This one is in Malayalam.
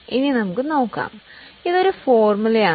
ഇത് വീണ്ടും ഫോർമുല ആണ്